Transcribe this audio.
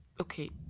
okay